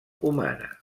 humana